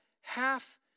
half